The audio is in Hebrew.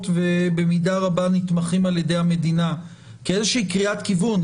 ובמידה רבה נתמכים על-ידי המדינה כאיזושהי קריאת כיוון,